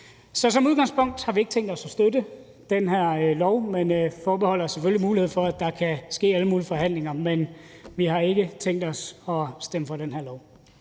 Så som udgangspunkt har vi ikke tænkt os at støtte den her lov, men forbeholder os selvfølgelig mulighed for, at der kan være alle mulige forhandlinger. Men vi har ikke tænkt os at stemme for den her lov.